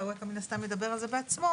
ואווקה מן הסתם ידבר על זה בעצמו,